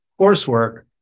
coursework